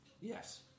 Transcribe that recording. yes